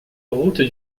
route